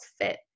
fit